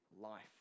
life